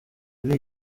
kuri